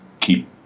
keep